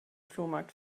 flohmarkt